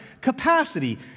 capacity